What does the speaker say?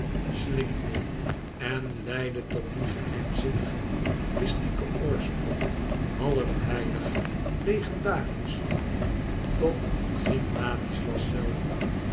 slingerde en leidde tot dien geheimzinnigen mystieken oorsprong half heilig legendarisch tot st ladislas zelven